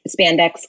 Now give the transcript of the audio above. spandex